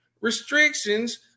restrictions